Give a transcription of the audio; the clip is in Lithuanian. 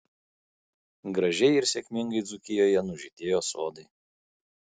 gražiai ir sėkmingai dzūkijoje nužydėjo sodai